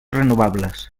renovables